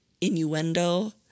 innuendo